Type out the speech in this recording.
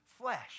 flesh